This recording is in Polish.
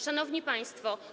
Szanowni Państwo!